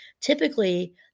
typically